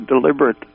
deliberate